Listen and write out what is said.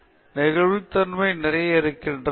எனவே நெகிழ்வுத்தன்மை நிறைய இருக்கிறது